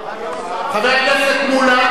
רק שר, חבר הכנסת מולה.